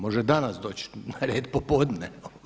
Može danas doći na red popodne.